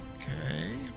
Okay